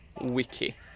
wiki